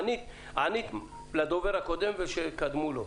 ענית לדובר הקודם ושקדמו לו.